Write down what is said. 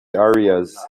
areas